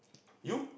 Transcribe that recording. you